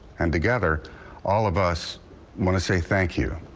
and together all of us want to say thank you.